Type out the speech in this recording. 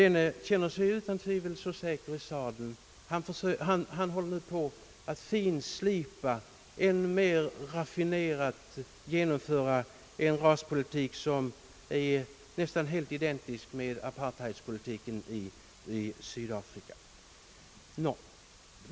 Denne känner sig utan tvivel säker i sadeln och han håller på att finslipa och mer raffinerat genomföra en raspolitik som är nästan helt identisk med apartheidpolitiken i Sydafrika.